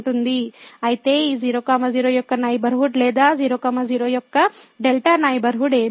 అయితే ఈ 00 యొక్క నైబర్హుడ్ లేదా 00 యొక్క δ నైబర్హుడ్ ఏమిటి